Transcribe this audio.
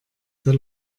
der